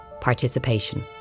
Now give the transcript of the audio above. participation